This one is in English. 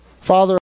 Father